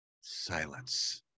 Silence